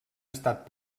estat